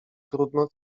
trudno